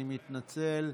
אני מתנצל.